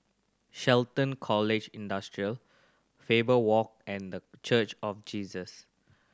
Shelton College Industrial Faber Walk and The Church of Jesus